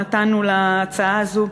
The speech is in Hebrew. נתנו להצעה הזאת.